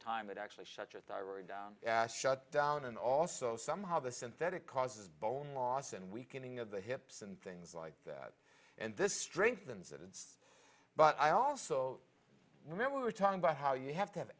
time it actually shut your thyroid down shut down and also somehow the synthetic causes bone loss and weakening of the hips and things like that and this strengthens it but i also remember we're talking about how you have to have an